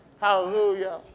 Hallelujah